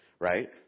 Right